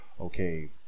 okay